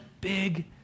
big